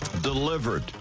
delivered